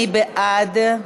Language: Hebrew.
מי בעד?